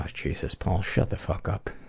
ah jesus, paul. shut the fuck up.